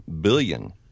billion